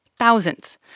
thousands